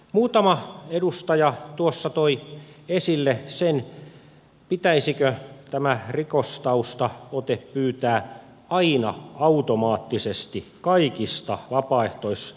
muutama edustaja tuossa toi esille sen pitäisikö tämä rikostaustaote pyytää aina automaattisesti kaikista vapaaehtoistoimijoista